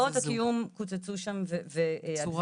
קצבאות הקיום קוצצו שם --- בצורה רוחבית.